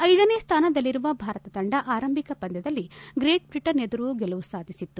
ಐದನೇ ಸ್ವಾನದಲ್ಲಿರುವ ಭಾರತ ತಂಡ ಆರಂಭಿಕ ಪಂದ್ವದಲ್ಲಿ ಗ್ರೇಟ್ ಬ್ರಿಟನ್ ಎದುರು ಗೆಲುವು ಸಾಧಿಸಿತ್ತು